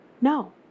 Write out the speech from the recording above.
No